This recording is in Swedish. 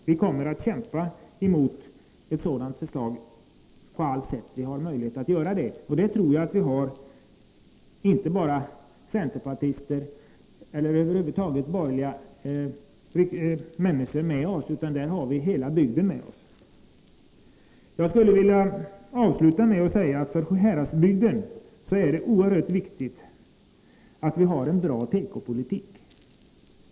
Vi kommer att kämpa emot ett sådant förslag på alla sätt vi har möjlighet. Och jag tror att vi har inte bara centerpartister eller över huvud taget borgerliga människor med oss, utan i den frågan har vi hela bygden med oss. Jag skulle vilja avsluta med att säga att för Sjuhäradsbygden är det oerhört viktigt att vi har en bra tekopolitik.